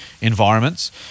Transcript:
environments